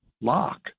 lock